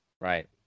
right